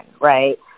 right